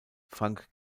frank